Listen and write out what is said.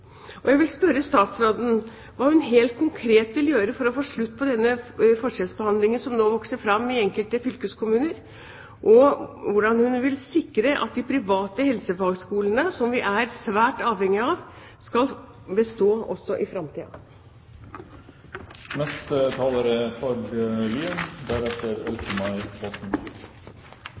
enormt. Jeg vil spørre statsråden hva hun helt konkret vil gjøre for å få slutt på denne forskjellsbehandlingen som nå vokser fram i enkelte fylkeskommuner, og hvordan hun vil sikre at de private helsefagskolene som vi er svært avhengig av, skal bestå også i